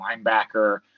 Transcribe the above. linebacker